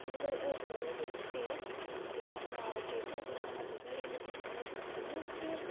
હિન્દ છોડો તે જગા ચેતના તેમનામાં જગાળી હતી અને સમગ્ર